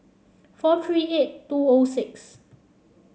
four three eight two O six